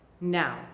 now